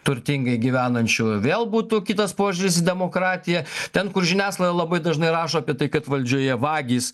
turtingai gyvenančių vėl būtų kitas požiūris į demokratiją ten kur žiniasklaida labai dažnai rašo apie tai kad valdžioje vagys